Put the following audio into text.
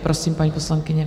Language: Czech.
Prosím, paní poslankyně.